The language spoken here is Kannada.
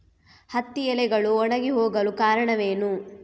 ಹತ್ತಿ ಎಲೆಗಳು ಒಣಗಿ ಹೋಗಲು ಕಾರಣವೇನು?